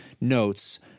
notes